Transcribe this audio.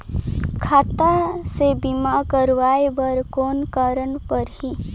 खाता से बीमा करवाय बर कौन करना परही?